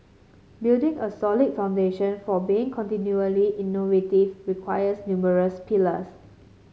building a solid foundation for being continually innovative requires numerous pillars